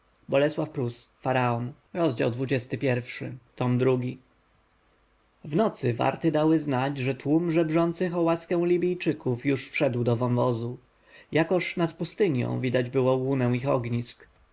nieostrożną nogę w nocy warty dały znać że tłum żebrzących o łaskę libijczyków już wszedł do wąwozu jakoż nad pustynią widać było łunę ich ognisk